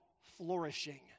flourishing